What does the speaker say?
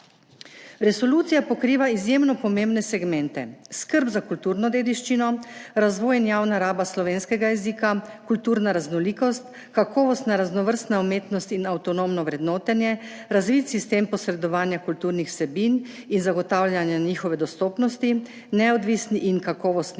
Resolucija pokriva izjemno pomembne segmente: skrb za kulturno dediščino, razvoj in javna raba slovenskega jezika, kulturna raznolikost, kakovostna raznovrstna umetnost in avtonomno vrednotenje, razvit sistem posredovanja kulturnih vsebin in zagotavljanja njihove dostopnosti, neodvisni in kakovostni